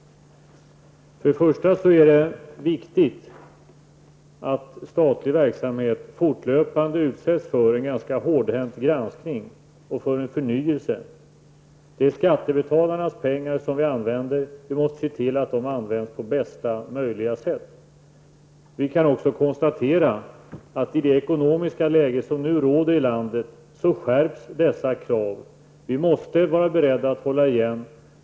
Först och främst är det viktigt att statlig verksamhet fortlöpande utsätts för en ganska hårdhänt granskning och för en förnyelse. Det är skattebetalarnas pengar som vi använder, och vi måste se till att de används på bästa möjliga sätt. Vi kan också konstatera att i det ekonomiska läge som nu råder i landet skärps dessa krav. Vi måste vara beredda att hålla igen.